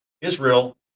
Israel